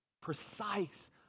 precise